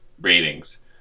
ratings